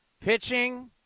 Pitching